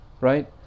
right